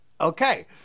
okay